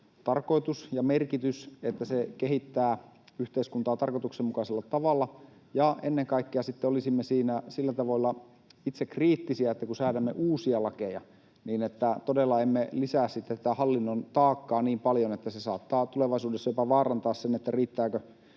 tarkoitus ja merkitys, että se kehittää yhteiskuntaa tarkoituksenmukaisella tavalla, ja ennen kaikkea olisimme siinä sillä tavalla itsekriittisiä, että kun säädämme uusia lakeja, niin emme todella lisäisi tätä hallinnon taakkaa niin paljon, että se saattaa tulevaisuudessa jopa vaarantaa sen, riittääkö